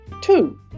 Two